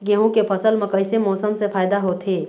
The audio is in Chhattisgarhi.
गेहूं के फसल म कइसे मौसम से फायदा होथे?